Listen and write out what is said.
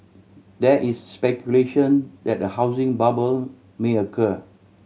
there is speculation that a housing bubble may occur